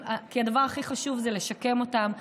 כי הדבר הכי חשוב זה לשקם אותם,